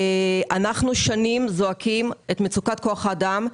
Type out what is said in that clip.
מזה שנים אנחנו זועקים את מצוקת כוח האדם.